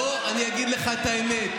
בוא אני אגיד לך את האמת.